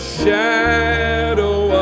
shadow